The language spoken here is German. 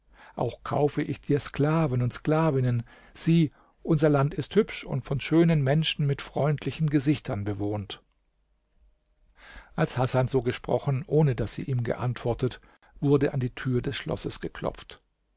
auch kaufe ich dir sklaven und sklavinnen sieh unser land ist hübsch und von schönen menschen mit freundlichen gesichtern bewohnt als hasan so gesprochen ohne daß sie ihm geantwortet wurde an die tür des schlosses geklopft